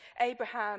Abraham